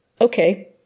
okay